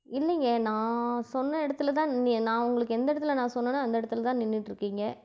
இல்லேங்க நான் சொன்ன இடத்துலதான் நான் உங்களுக்கு எந்த இடத்துல நான் சொன்னேனோ அந்த இடத்துலதான் நின்னுட்டிருக்கேன் இங்கே